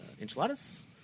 enchiladas